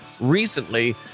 recently